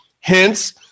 Hence